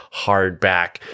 hardback